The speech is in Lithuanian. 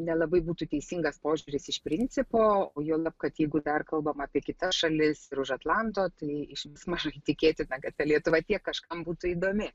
nelabai būtų teisingas požiūris iš principo juolab kad jeigu dar kalbam apie kitas šalis ir už atlanto tai išvis mažai tikėtina kad ta lietuva tiek kažkam būtų įdomi